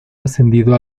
ascendido